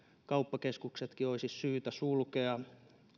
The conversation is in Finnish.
kauppakeskuksetkin olisi syytä sulkea